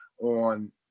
on